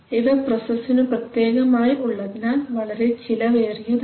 ഇവ പ്രൊസെസ്സിനു പ്രത്യേകമായി ഉള്ളതിനാൽ വളരെ ചിലവേറിയതാണ്